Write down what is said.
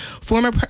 Former